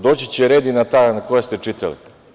Doći će red i na ta koja ste čitali.